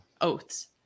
oaths